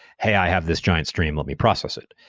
hey, i have this giant stream. let me process it.